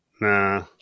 Nah